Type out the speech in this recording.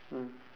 mm